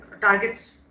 targets